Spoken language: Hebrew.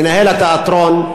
מנהל התיאטרון,